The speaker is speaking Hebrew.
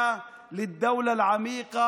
אתם יכולים לפנות לבית המשפט,